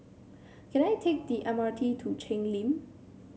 can I take the M R T to Cheng Lim